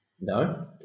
No